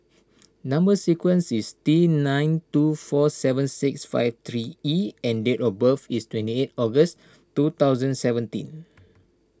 Number Sequence is T nine two four seven six five three E and date of birth is twenty eight August two thousand seventeen